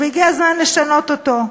והגיע הזמן לשנות אותו.